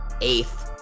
Eighth